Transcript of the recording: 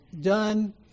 done